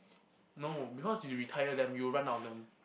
no because if you retire them you'll run out of them